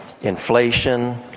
inflation